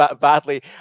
badly